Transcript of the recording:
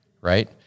right